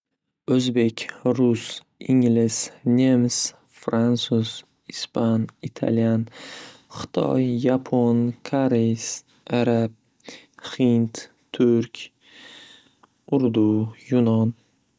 O'zbek, Rus, Ingliz, Nemis, Fransuz, Ispan, Italiyan, Xitoy, Yapon, Kores, Arab, Hind, Turk, Urdu, Yunon.